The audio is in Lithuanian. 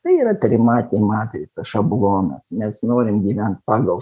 tai yra trimatė matrica šablonas mes norim gyvent pagal